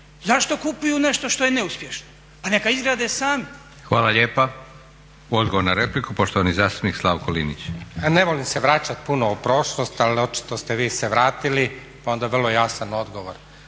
Zašto kupuju nešto što je neuspješno, pa neka izgrade sami. **Leko, Josip (SDP)** Hvala lijepa. Odgovor na repliku poštovani zastupnik Slavko Linić. **Linić, Slavko (Nezavisni)** Ne volim se vraćati puno u prošlost, ali očito ste vi se vratili pa onda vrlo jasan odgovor.